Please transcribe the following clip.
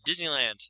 Disneyland